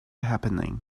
happening